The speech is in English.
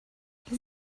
his